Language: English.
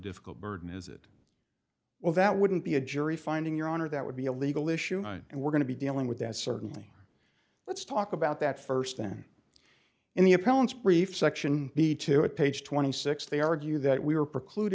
difficult burden is it well that wouldn't be a jury finding your honor that would be a legal issue and we're going to be dealing with that certainly let's talk about that first then in the appellant's brief section be to it page twenty six they argue that we are preclude